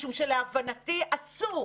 משום שלהבנתי אסור,